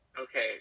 Okay